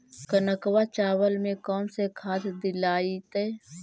कनकवा चावल में कौन से खाद दिलाइतै?